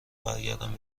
برگردم